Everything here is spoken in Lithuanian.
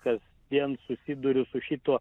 kasdien susiduriu su šituo